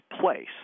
place